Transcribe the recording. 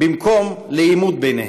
במקום לעימות ביניהם.